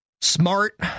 smart